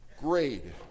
grade